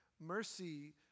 Mercy